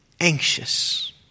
anxious